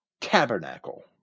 tabernacle